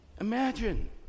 Imagine